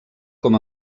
com